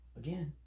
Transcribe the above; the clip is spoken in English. again